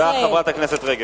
תודה לחברת הכנסת רגב.